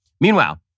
Meanwhile